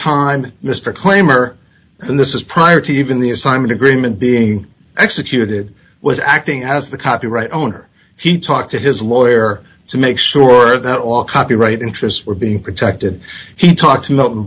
time mr claim or this is prior to even the assignment agreement being executed was acting as the copyright owner he talked to his lawyer to make sure that all copyright interests were being protected he talked